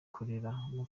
kwaha